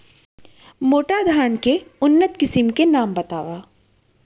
मोटा धान के उन्नत किसिम के नाम बतावव?